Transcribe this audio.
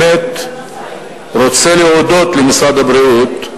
באמת רוצה להודות למשרד הבריאות,